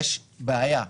יש בעיה,